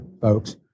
folks